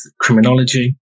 criminology